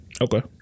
Okay